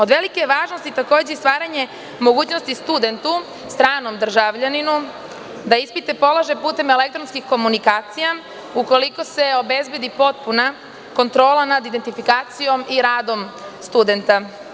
Od velike važnosti je takođe i stvaranje mogućnosti studentu stranom državljaninu da ispite polaže putem elektronskih komunikacija ukoliko se obezbedi potpuna kontrola nad identifikacijom i radom studenta.